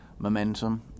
Momentum